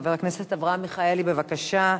חבר הכנסת אברהם מיכאלי, בבקשה.